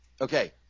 Okay